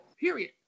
period